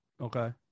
Okay